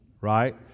Right